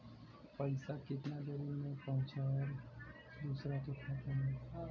पैसा कितना देरी मे पहुंचयला दोसरा के खाता मे?